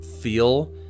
feel